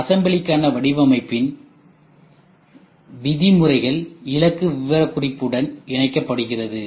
அசெம்பிளிக்கான வடிவமைப்பின் விதிமுறைகள் இலக்கு விவரக்குறிப்பு உடன் இணைக்கப்படுகிறது